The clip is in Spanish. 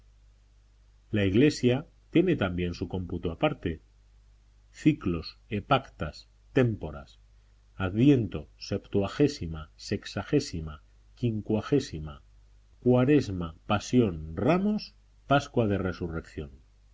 la iglesia tiene también su cómputo aparte ciclos epactas témporas adviento septuagésima sexagésima quincuagésima cuaresma pasión ramos pascua de resurrección